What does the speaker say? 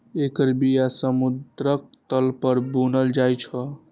एकर बिया समुद्रक तल पर बुनल जाइ छै